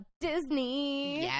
Disney